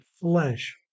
flesh